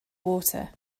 water